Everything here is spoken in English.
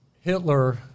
Hitler